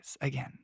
again